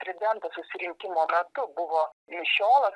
tridento susirinkimo metu buvo mišiolas